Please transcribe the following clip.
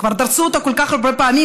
כבר דרסו אותה כל כך הרבה פעמים,